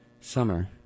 summer